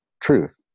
truth